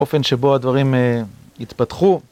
אופן שבו הדברים התפתחו.